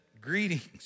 greetings